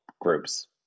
groups